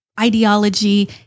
ideology